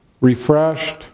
Refreshed